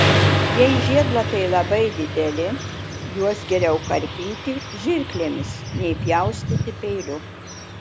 jei žiedlapiai labai dideli juos geriau karpyti žirklėmis nei pjaustyti peiliu